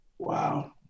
wow